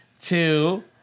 two